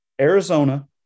Arizona